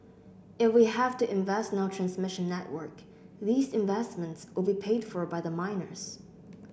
if we have to invest in our transmission network these investments will be paid for by the miners